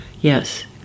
yes